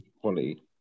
quality